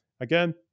again